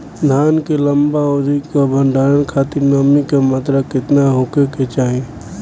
धान के लंबा अवधि क भंडारण खातिर नमी क मात्रा केतना होके के चाही?